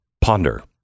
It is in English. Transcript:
ponder